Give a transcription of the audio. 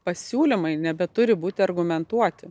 pasiūlymai nebeturi būti argumentuoti